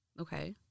Okay